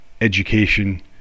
education